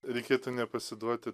reikėtų nepasiduoti